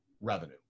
revenue